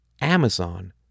Amazon